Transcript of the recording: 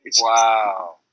Wow